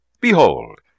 Behold